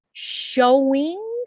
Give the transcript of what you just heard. showing